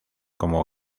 como